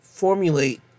formulate